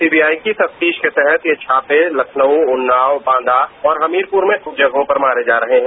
CBI की तफतीश के तहत ये छापे लखनऊ उन्नाव बांदा और हमीरपुर में कुछ जगहों पर मारे जा रहे है